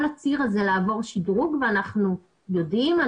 הציר הזה לעבור שדרוג ואנחנו יודעים.